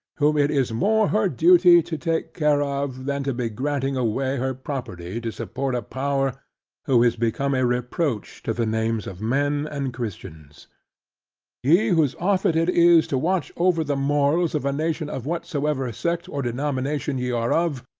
whom it is more her duty to take care of, than to be granting away her property, to support a power who is become a reproach to the names of men and christians ye, whose office it is to watch over the morals of a nation, of whatsoever sect or denomination ye are of,